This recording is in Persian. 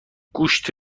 گوشت